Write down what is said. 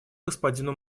господину